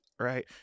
Right